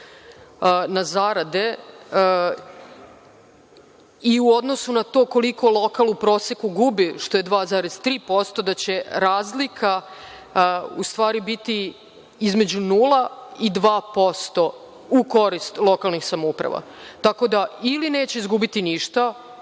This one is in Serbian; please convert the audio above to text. na zarade i u odnosu na to koliko lokal u proseku gubi što je 2,3% da će razlika u stvari biti između 0% i 2% u korist lokalnih samouprava. Tako da ili neće izgubiti ništa